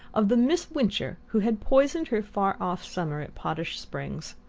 of the miss wincher who had poisoned her far-off summer at potash springs.